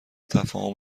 تفاهم